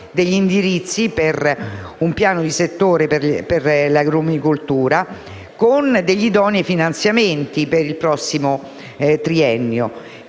degli indirizzi per un piano di settore per l'agrumicoltura, con degli idonei finanziamenti per il prossimo triennio,